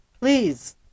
please